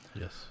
Yes